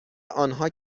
آنها